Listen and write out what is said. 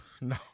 No